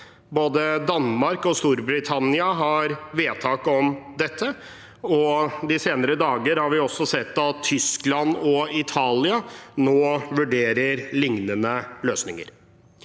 Både Danmark og Storbritannia har vedtak om dette, og i de senere dager har vi også sett at Tyskland og Italia nå vurderer liknende løsninger.